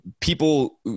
people